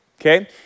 okay